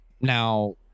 now